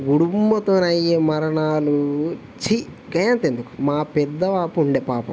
గుడుంబాతోని అయ్యే మరణాలు చి గయ్యంతెందుకు మా పెద్ద బాపు ఉండే పాపం